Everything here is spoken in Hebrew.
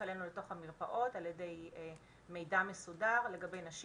אלינו לתוך המרפאות על ידי מידע מסודר לגבי נשים